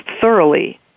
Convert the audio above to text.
thoroughly